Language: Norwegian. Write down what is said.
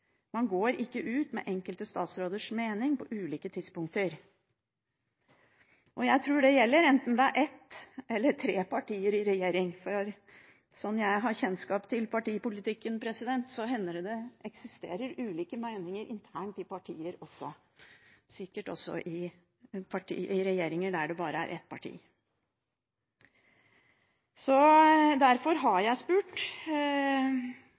Man går ikke ut med enkelte statsråders mening på ulike tidspunkter. Jeg tror det gjelder enten det er ett eller tre partier i regjering. Sånn som jeg har kjennskap til partipolitikken, hender det at det eksisterer ulike meninger internt i partier også – sikkert også i regjeringer der det bare er ett parti. Derfor har jeg under replikkordskifter spurt